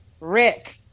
Rick